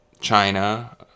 China